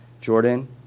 Jordan